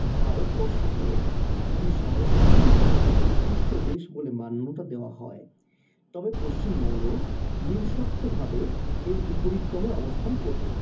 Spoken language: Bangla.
ভারতবর্ষকে যদি সাংস্কৃতিকভাবে উৎকৃষ্ট দেশ বলে মান্যতা দেওয়া হয় তবে পশ্চিমবঙ্গ নিঃশর্তভাবে এর উপরি ক্রমে অবস্থান করবে